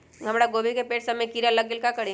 हमरा गोभी के पेड़ सब में किरा लग गेल का करी?